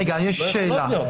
רגע, יש לי שאלה.